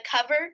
cover